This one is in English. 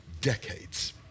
decades